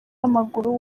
w’amaguru